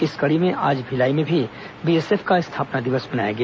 इस कड़ी में आज भिलाई में भी बीएसएफ का स्थापना दिवस मनाया गया